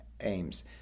aims